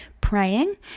praying